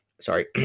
Sorry